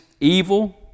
evil